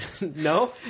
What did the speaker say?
No